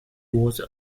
was